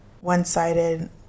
one-sided